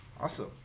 Awesome